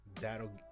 that'll